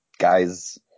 guys